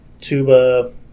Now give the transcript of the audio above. tuba